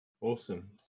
awesome